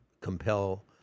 compel